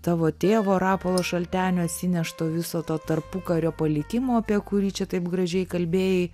tavo tėvo rapolo šaltenio atsinešto viso to tarpukario palikimo apie kurį čia taip gražiai kalbėjai